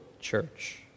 church